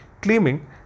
claiming